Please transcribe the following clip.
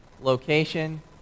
location